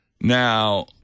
Now